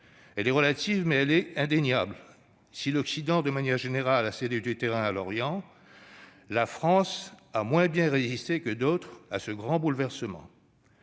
Relative, certes, mais aussi indéniable : si l'Occident, de manière générale, a cédé du terrain à l'Orient, la France a moins bien résisté que d'autres à ce grand bouleversement.